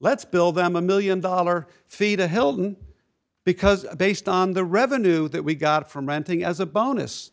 let's build them a one million dollars fee to hilton because based on the revenue that we got from renting as a bonus